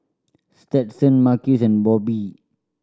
Stetson Marques and Bobbye